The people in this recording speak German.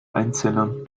einzellern